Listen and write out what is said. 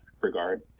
regard